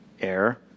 air